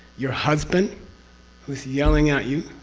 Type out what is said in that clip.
your husband who yelling at you.